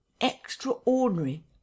extraordinary